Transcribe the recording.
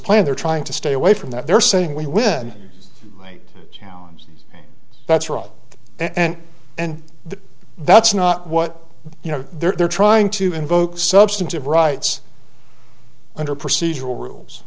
plan they're trying to stay away from that they're saying we win late challenge that's right and and the that's not what you know they're trying to invoke substantive rights under procedural rules